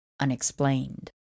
unexplained